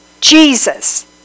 Jesus